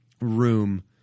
room